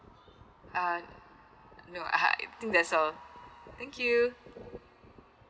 ah no I think that's all thank you